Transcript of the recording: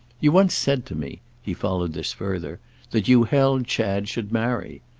you once said to me he followed this further that you held chad should marry.